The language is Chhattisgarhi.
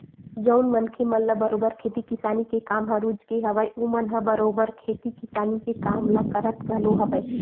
जउन मनखे मन ल बरोबर खेती किसानी के काम ह रुचगे हवय ओमन ह बरोबर खेती किसानी के काम ल करत घलो हवय